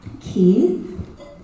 Keith